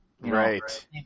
Right